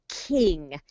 king